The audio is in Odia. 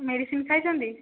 ମେଡ଼ିସିନ୍ ଖାଇଛନ୍ତି